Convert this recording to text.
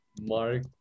Mark